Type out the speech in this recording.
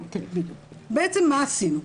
בעצם מה עשינו?